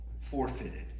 forfeited